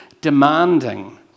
demanding